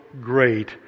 great